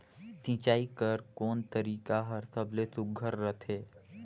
सिंचाई कर कोन तरीका हर सबले सुघ्घर रथे?